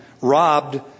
robbed